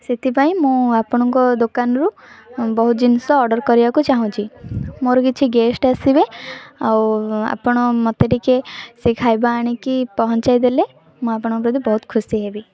ସେଥିପାଇଁ ମୁଁ ଆପଣଙ୍କ ଦୋକାନରୁ ବହୁତ ଜିନିଷ ଅର୍ଡ଼ର୍ କରିବାକୁ ଚାହୁଁଛି ମୋର କିଛି ଗେଷ୍ଟ ଆସିବେ ଆଉ ଆପଣ ମୋତେ ଟିକେ ସେଇ ଖାଇବା ଆଣିକି ପହଞ୍ଚାଇ ଦେଲେ ମୁଁ ଆପଣଙ୍କ ପ୍ରତି ବହୁତ ଖୁସି ହେବି